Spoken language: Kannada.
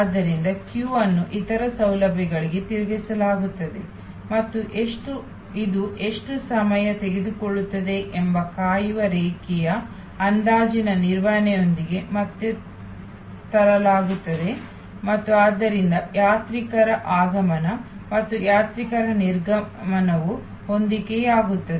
ಆದ್ದರಿಂದ ಸರದಿ ಅನ್ನು ಇತರ ಸೌಲಭ್ಯಗಳಿಗೆ ತಿರುಗಿಸಲಾಗುತ್ತದೆ ಮತ್ತು ಇದು ಎಷ್ಟು ಸಮಯ ತೆಗೆದುಕೊಳ್ಳುತ್ತದೆ ಎಂಬ ಕಾಯುವ ರೇಖೆಯ ಅಂದಾಜಿನ ನಿರ್ವಹಣೆಯೊಂದಿಗೆ ಮತ್ತೆ ತರಲಾಗುತ್ತದೆ ಮತ್ತು ಆದ್ದರಿಂದ ಯಾತ್ರಿಕರ ಆಗಮನ ಮತ್ತು ಯಾತ್ರಿಕರ ನಿರ್ಗಮನವು ಹೊಂದಿಕೆಯಾಗುತ್ತದೆ